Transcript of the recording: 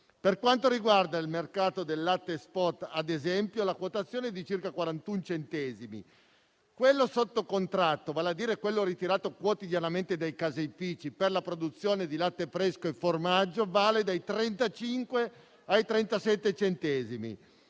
Per quanto riguarda il mercato del latte *spot*, ad esempio, la quotazione è di circa 41 centesimi; quello sotto contratto, vale a dire quello ritirato quotidianamente dai caseifici per la produzione di latte fresco e formaggio, vale dai 35 ai 37 centesimi